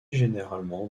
généralement